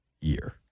year